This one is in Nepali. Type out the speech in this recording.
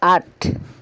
आठ